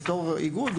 בתור איגוד,